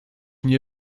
nie